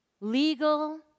legal